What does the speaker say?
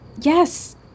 Yes